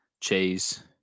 cheese